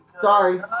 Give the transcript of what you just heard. Sorry